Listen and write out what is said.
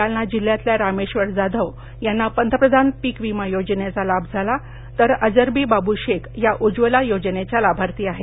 जालना जिल्ह्यातल्या रामेश्वर जाधव यांना पंतप्रधान पीक विमा योजनेचा लाभ झाला तर अजरबी बाबू शेख या उज्ज्वला योजनेच्या लाभार्थी आहेत